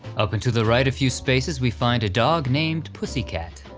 up and to the right a few spaces we find a dog named pussy cat.